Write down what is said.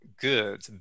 Good